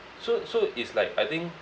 so so it's like I think